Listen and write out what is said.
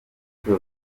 icyo